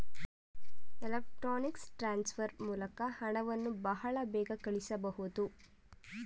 electronics transfer ಮೂಲಕ ಹಣವನ್ನು ಬಹಳ ಬೇಗ ಕಳಿಸಬಹುದು